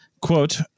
quote